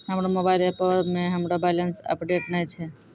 हमरो मोबाइल एपो मे हमरो बैलेंस अपडेट नै छै